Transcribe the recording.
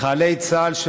לחיילי צה"ל,